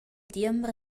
diember